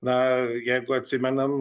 na jeigu atsimenam